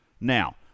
Now